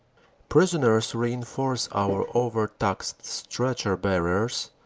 prisoners reinforce our over-taxed stretcher-bearers,